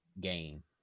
game